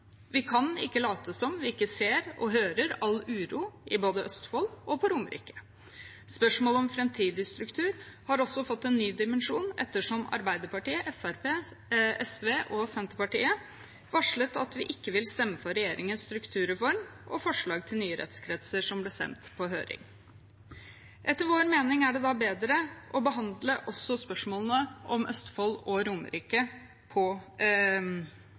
Vi kan ikke late som vi ikke ser og hører all uro både i Østfold og på Romerike. Spørsmålet om framtidig struktur har også fått en ny dimensjon, ettersom Arbeiderpartiet, Fremskrittspartiet, SV og Senterpartiet varslet at vi ikke vil stemme for regjeringens strukturreform og forslag til nye rettskretser som ble sendt på høring. Etter vår mening er det da bedre å behandle også spørsmålene om Østfold og Romerike